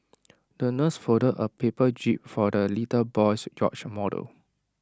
the nurse folded A paper jib for the little boy's yacht model